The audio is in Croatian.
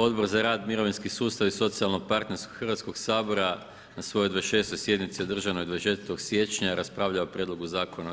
Odbor za rad, mirovinski sustav i socijalnog partnerstva Hrvatskog sabora na svojoj 26. sjednici održanoj 24. siječnja raspravljamo o Prijedlogu zakona